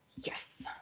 Yes